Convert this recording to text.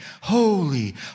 holy